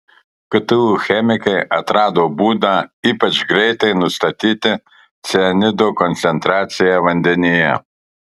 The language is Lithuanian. ktu chemikai atrado būdą ypač greitai nustatyti cianido koncentraciją vandenyje